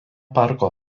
parko